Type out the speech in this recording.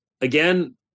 again